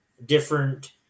different